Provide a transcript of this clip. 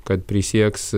kad prisieks